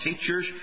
teachers